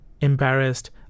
Embarrassed